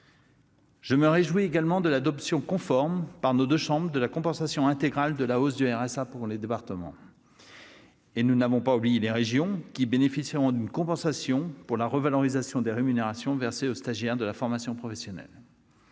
Je me réjouis également de l'adoption conforme, par nos deux chambres, de la compensation intégrale de la hausse du RSA pour les départements. Et nous n'avons pas oublié les régions, qui bénéficieront d'une compensation pour la revalorisation des rémunérations versées aux stagiaires de la formation professionnelle.